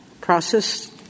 process